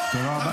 תודה.